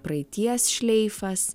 praeities šleifas